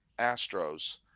Astros